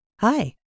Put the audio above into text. Hi